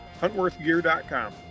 huntworthgear.com